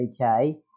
okay